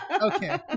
okay